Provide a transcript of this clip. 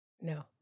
no